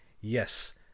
yes